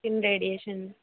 skin radiation